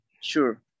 sure